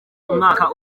umwaka